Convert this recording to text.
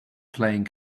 playing